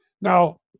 Now